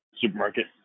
supermarket